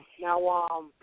Now